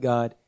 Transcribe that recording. God